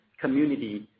community